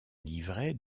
livret